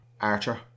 Archer